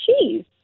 cheese